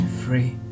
free